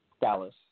Dallas